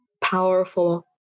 powerful